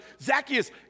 Zacchaeus